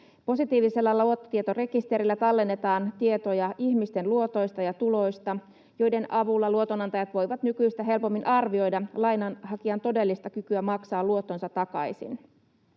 Positiivisella luottotietorekisterillä tallennetaan tietoja ihmisten luotoista ja tuloista, joiden avulla luotonantajat voivat nykyistä helpommin arvioida lainanhakijan todellista kykyä maksaa luottonsa takaisin.